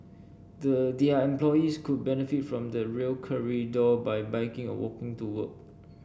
the their employees could benefit from the Rail Corridor by biking or walking to work